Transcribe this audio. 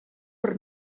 per